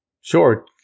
sure